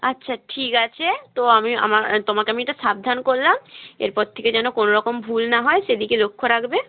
আচ্ছা ঠিক আছে তো আমি আমা তোমাকে আমি এটা সাবধান করলাম এরপর থেকে যেন কোনো রকম ভুল না হয় সেদিকে লক্ষ্য রাখবে